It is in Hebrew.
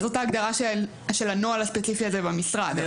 זאת ההגדרה של הנוהל הספציפי הזה במשרד.